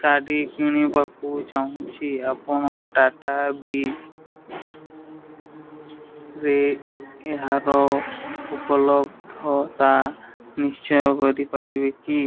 ଶାଢ଼ୀ କିଣିବାକୁ ଚାହୁଁଛି ଆପଣ ଟାଟା ବି ରେ ଏହାର ଉପଲବ୍ଧତା ନିଶ୍ଚିୟ କରିପାରିବେ କି